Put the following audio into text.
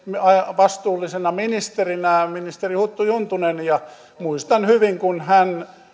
vastuullisena ministerinä vasemmistoliitosta ministeri huttu juntunen ja muistan hyvin kun hän